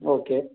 okay